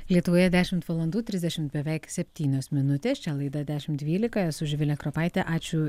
lietuvoje dešimt valandų trisdešimt beveik septynios minutės čia laida dešimt dvylika esu živilė kropaitė ačiū